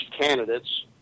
candidates